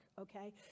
okay